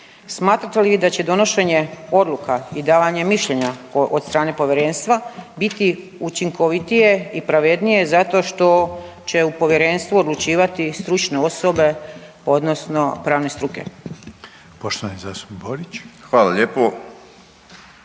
Smatrate li vi da će donošenje odluka i davanje mišljenja od strane povjerenstva biti učinkovitije i pravednije zato što će u povjerenstvu odlučivati stručne osobe odnosno pravne struke.